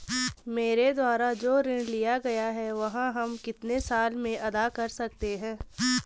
मेरे द्वारा जो ऋण लिया गया है वह हम कितने साल में अदा कर सकते हैं?